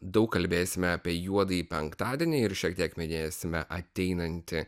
daug kalbėsime apie juodąjį penktadienį ir šiek tiek minėsime ateinantį